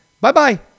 Bye-bye